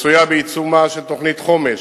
מצויה בעיצומה של תוכנית חומש,